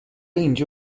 اینجا